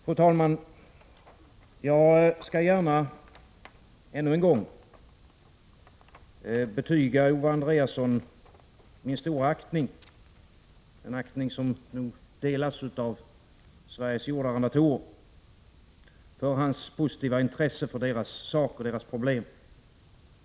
Fru talman! Jag skall gärna ännu en gång betyga Owe Andréasson min stora aktning, en aktning som nog delas av Sveriges jordarrendatorer för hans positiva intresse för deras sak och problem.